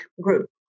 group